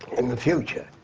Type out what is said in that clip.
in the future?